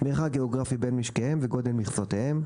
מרחק גאוגרפי בין משקיהם וגודל מכסותיהם,